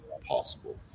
possible